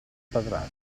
patrasso